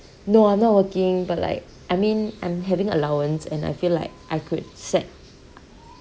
no I'm not working but like I mean I'm having allowance and I feel like I could set